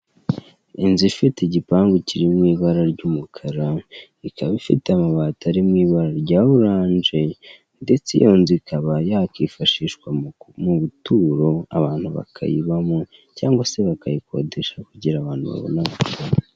Inzu ifite igipangu kiri mu ibara ry'umukara, ikaba ifite amabati ari mu ibara rya orange ndetse iyo nzu ikaba yakwifashishwa mu buturo abantu bakayibamo, cyangwa se bakayikodesha kugira ngo abantu babone .